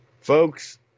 Folks